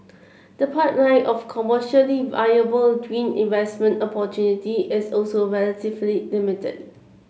the pipeline of commercially viable green investment opportunity is also relatively limited